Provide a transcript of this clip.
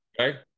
Okay